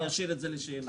אשאיר את זה לשאלות.